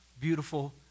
beautiful